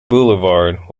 boulevard